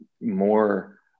more